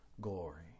glory